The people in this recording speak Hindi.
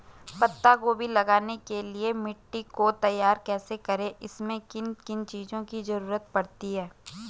पत्ता गोभी लगाने के लिए मिट्टी को तैयार कैसे करें इसमें किन किन चीज़ों की जरूरत पड़ती है?